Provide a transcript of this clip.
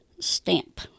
stamp